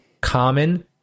common